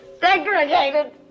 segregated